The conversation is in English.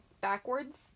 backwards